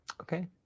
okay